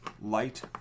light